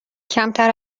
کمتر